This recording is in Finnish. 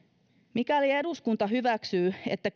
mikäli eduskunta hyväksyy että